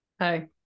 Hi